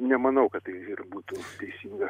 nemanau kad tai ir būtų teisinga